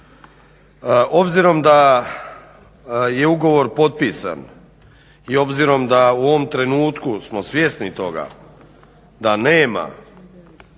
Obzirom da je ugovor potpisan i obzirom da u ovom trenutku smo svjesni toga da nema